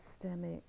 systemic